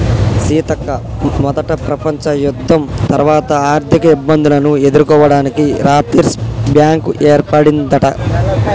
సీతక్క మొదట ప్రపంచ యుద్ధం తర్వాత ఆర్థిక ఇబ్బందులను ఎదుర్కోవడానికి రాపిర్స్ బ్యాంకు ఏర్పడిందట